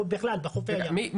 בכלל בחופי הים.